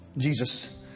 Jesus